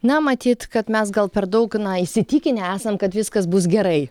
na matyt kad mes gal per daug na įsitikinę esam kad viskas bus gerai